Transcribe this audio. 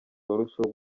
barusheho